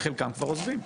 חלקם כבר עוזבים.